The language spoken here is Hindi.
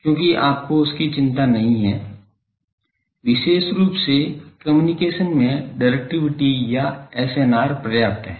क्योंकि आपको उसकी चिंता नहीं है विशेष रूप से कम्युनिकेशन में डाइरेक्टिविटी या SNR पर्याप्त है